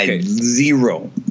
Zero